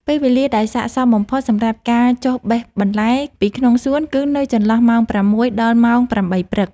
ពេលវេលាដែលស័ក្តិសមបំផុតសម្រាប់ការចុះបេះបន្លែពីក្នុងសួនគឺនៅចន្លោះម៉ោងប្រាំមួយដល់ម៉ោងប្រាំបីព្រឹក។